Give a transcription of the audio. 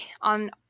on